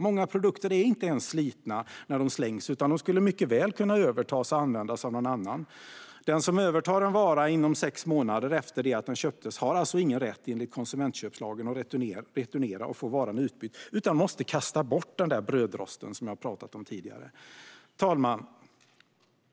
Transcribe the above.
Många produkter är inte ens slitna när de slängs utan skulle mycket väl kunna övertas och användas av någon annan. Den som övertar en vara - till exempel den där brödrosten som jag pratade om tidigare - inom sex månader efter att den köptes har alltså enligt konsumentköplagen ingen rätt att returnera varan och få den utbytt, utan måste kasta bort den. Herr talman!